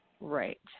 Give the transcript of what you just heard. Right